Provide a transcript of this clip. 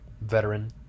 veteran